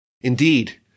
Indeed